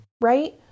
right